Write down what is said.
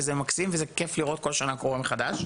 וזה מקסים וזה כיף לראות כל שנה קורה מחדש.